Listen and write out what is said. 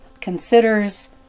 considers